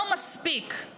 לא מספיקים